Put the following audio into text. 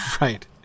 Right